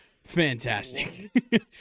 Fantastic